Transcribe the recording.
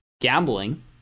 gambling